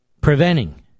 preventing